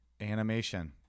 animation